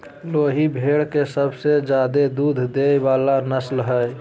लोही भेड़ के सबसे ज्यादे दूध देय वला नस्ल हइ